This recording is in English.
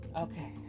Okay